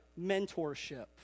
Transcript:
mentorship